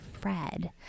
Fred